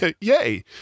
yay